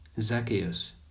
Zacchaeus